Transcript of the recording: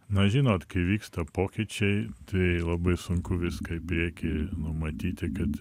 na žinot kai vyksta pokyčiai tai labai sunku viską į priekį numatyti kad